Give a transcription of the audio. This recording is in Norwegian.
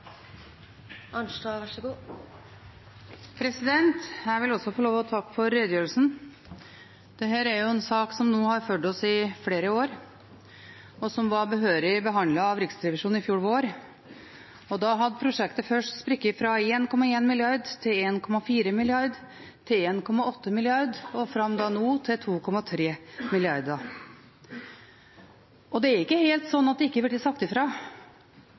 en sak som nå har fulgt oss i flere år, og som ble behørig behandlet av Riksrevisjonen i fjor vår. Da hadde prosjektet sprukket først fra 1,1 mrd. til 1,4 mrd., til 1,8 mrd. og fram til nå til 2,3 mrd. kr. Det er ikke helt slik at det ikke har vært sagt